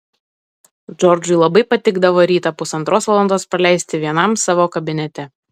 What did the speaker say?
džordžui labai patikdavo rytą pusantros valandos praleisti vienam savo kabinete